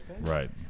Right